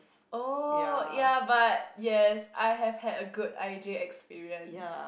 oh ya but yes I have had a good I J experience